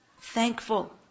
Thankful